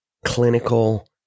clinical